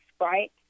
right